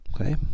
okay